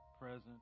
present